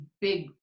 big